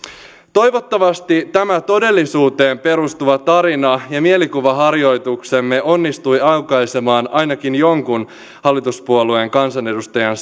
toivottavasti tämä todellisuuteen perustuva tarina ja mielikuvaharjoituksemme onnistui aukaisemaan ainakin jonkun hallituspuolueen kansanedustajan